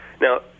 Now